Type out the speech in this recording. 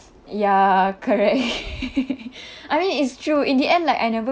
ya correct I mean it's true in the end like I never